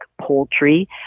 poultry